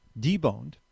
Deboned